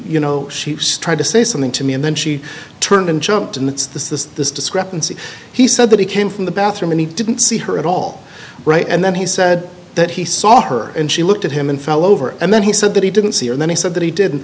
you know she tried to say something to me and then she turned and jumped and that's the discrepancy he said that he came from the bathroom and he didn't see her at all right and then he said that he saw her and she looked at him and fell over and then he said that he didn't see and then he said that he did